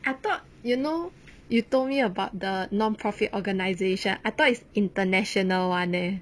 I thought you know you told me about the non-profit organization I thought is international [one] leh